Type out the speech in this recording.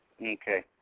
Okay